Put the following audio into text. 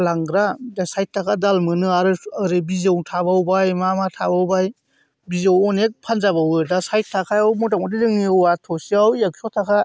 लांग्रा दा साइथ थाखा दाल जोहा आरो ओरै बिजौ थाबावबाय मा मा थाबावबाय बिजौ अनेख फानजाबावो दा साइथ थाखायाव मथामथि जोंनि औवा थसेयाव एकस'थाखा